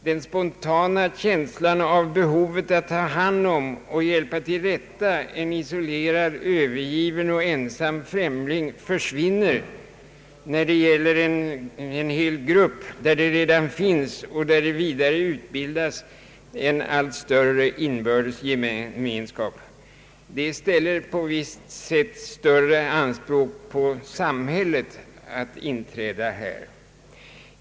Den spontana känslan av att man bör ta hand om och hjälpa till rätta en isolerad, övergiven och ensam främling försvinner när det gäller en hel grupp, där det redan finns och där det vidare utbildas en allt större inbördes gemenskap. Detta ställer på visst sätt större anspråk på samhället att inträda.